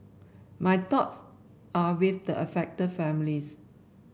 my thoughts are with the affected families